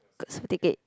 got sold ticket